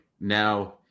Now